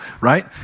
right